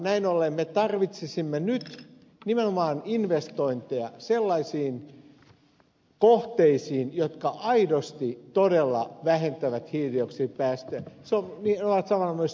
näin ollen me tarvitsisimme nyt nimenomaan investointeja sellaisiin kohteisiin jotka aidosti todella vähentävät hiilidioksidipäästöjä ja ovat samalla myös elvyttäviä